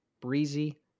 Breezy